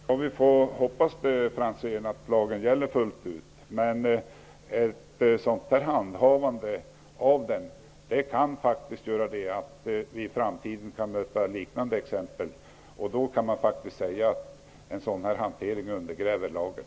Herr talman! Vi får hoppas det, Ivar Franzén, att lagen gäller fullt ut. Men vi kan i framtiden möta liknande exempel, och då kan man faktiskt säga att en sådan här hantering undergräver lagen.